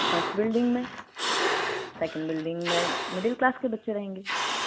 first building में second building में middle class के बच्चे रहेंगे